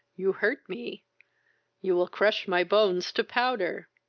you hurt me you will crush my bones to powder!